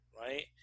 right